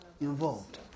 involved